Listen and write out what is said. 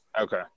Okay